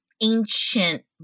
ancient